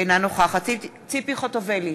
אינה נוכחת ציפי חוטובלי,